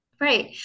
Right